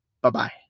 Bye-bye